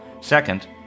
Second